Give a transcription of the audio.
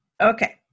Okay